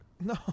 No